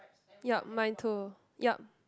yup mine too yup